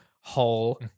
whole